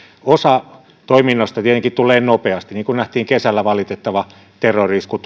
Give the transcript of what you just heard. osa toiminnoista tietenkin tulee nopeasti niin kuin silloin kun turussa nähtiin kesällä valitettava terrori isku